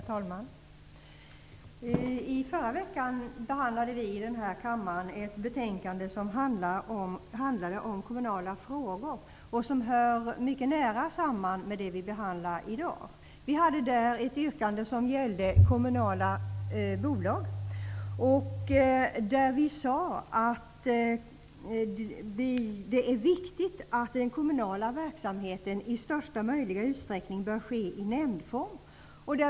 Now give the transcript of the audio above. Herr talman! I förra veckan behandlade vi i kammaren ett betänkande som handlade om kommunala frågor och som har ett mycket nära samband med det betänkande vi behandlar i dag. Vi hade i förra veckans betänkande ett yrkande när det gäller kommunala bolag. Vi anförde där att det är viktigt att den kommunala verksamheten i största möjliga utsträckning bör ske i nämndform.